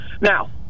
Now